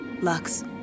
Lux